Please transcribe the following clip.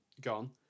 gone